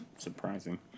surprising